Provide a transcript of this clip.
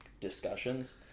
discussions